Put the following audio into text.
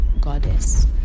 goddess